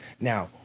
now